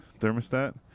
thermostat